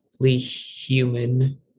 human